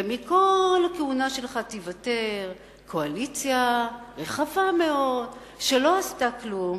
ומכל הכהונה שלך תיוותר קואליציה רחבה מאוד שלא עשתה כלום.